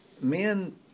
men